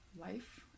life